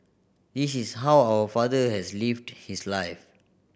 this is how our father has lived his life